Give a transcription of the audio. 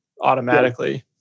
automatically